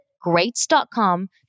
Greats.com